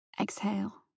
exhale